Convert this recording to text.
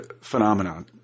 phenomenon